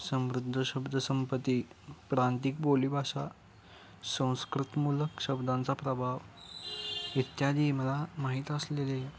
समृद्ध शब्दसंपत्ती प्रांतिक बोलीभाषा संस्कृतमूलक शब्दांचा प्रभाव इत्यादी मला माहीत असलेले